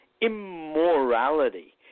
immorality